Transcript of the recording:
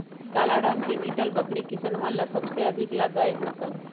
काला रंग के बीटल बकरी किसनवन ला सबसे अधिक लाभदायक नस्ल हई